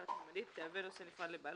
חלקה תלת־ממדית תהווה נושא נפרד לבעלות,